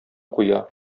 куя